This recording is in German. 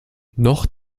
noch